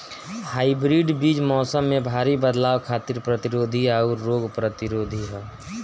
hybrid बीज मौसम में भारी बदलाव खातिर प्रतिरोधी आउर रोग प्रतिरोधी ह